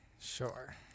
Sure